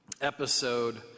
episode